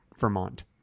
vermont